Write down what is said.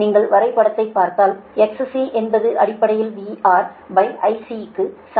நீங்கள் வரைபடத்தைப் பார்த்தால் XC என்பது அடிப்படையில் VRIC க்கு சமம்